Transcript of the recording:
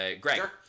Greg